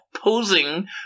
posing